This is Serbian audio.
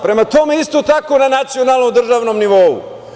Prema tome, isto tako na nacionalnom držanom nivou.